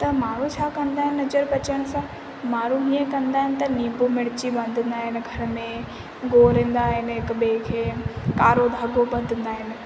त माण्हूं छा कंदा आहिनि नज़र बचण सां माण्हूं ईअं कंदा आहिनि त नींबू मिर्ची बधंदा आहिनि घर में घोरींदा आहिनि हिक ॿिए खे कारो धाॻो बधंदा आहिनि